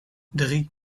drie